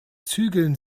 zügeln